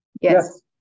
Yes